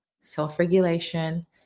self-regulation